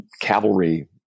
cavalry